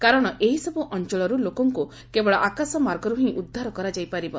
କାରଣ ଏହିସବୁ ଅଞ୍ଚଳରୁ ଳୋକଙ୍କୁ କେବଳ ଆକାଶମାର୍ଗରୁ ହିଁ ଉଦ୍ଧାର କରାଯାଇପାରିବ